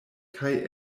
kaj